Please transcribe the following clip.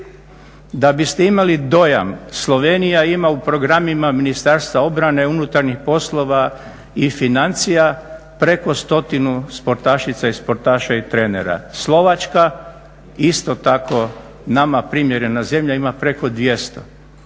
Da biste imali dojam, Slovenija ima u programima Ministarstva obrane, unutarnjih poslova i financija preko 100 sportašica i sportaša i trenera. Slovačka isto tako nama primjerena zemlja ima preko 200.